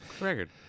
record